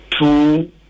two